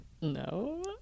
No